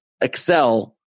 excel